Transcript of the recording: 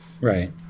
right